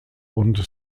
und